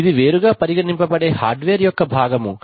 ఇది వేరుగా పరిగణింపబడే హార్డ్ వేర్ యొక్క భాగము